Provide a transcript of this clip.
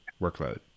workload